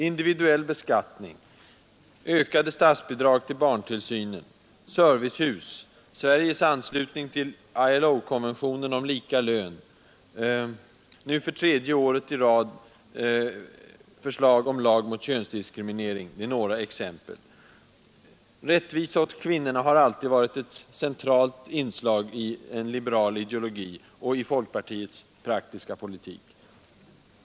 Individuell beskattning, ökade statsbidrag till barntillsynen, servicehus, Sveriges anslutning till ILO-konventionen om lika lön och nu för tredje året i rad förslag om lag mot könsdiskriminering är några exempel. Rättvisa åt kvinnorna har alltid varit ett centralt inslag i liberal ideologi och i folkpartiets praktiska politik.